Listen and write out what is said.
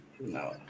No